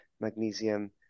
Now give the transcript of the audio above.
magnesium